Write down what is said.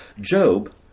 Job